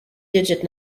digit